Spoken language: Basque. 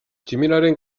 tximinoaren